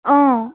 অ'